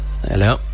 Hello